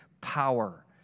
power